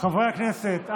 חברי הכנסת,